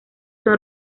son